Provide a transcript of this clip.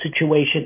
situation